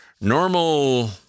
normal